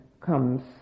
comes